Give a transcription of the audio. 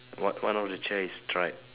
one one of the chair is striped